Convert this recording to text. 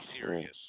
serious